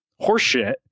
horseshit